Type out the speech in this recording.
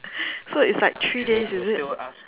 so it's like three days is it